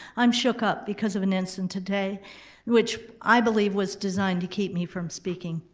i'm shook up because of an incident today which i believe was designed to keep me from speaking.